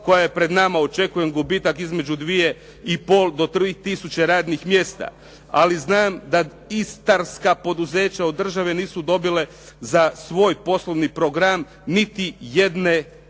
koja je pred nama očekujem gubitak između 2,5, do 3 tisuće radnih mjesta. Ali znam da istarska poduzeća od države nisu dobile za svoj poslovni program niti jedne kune.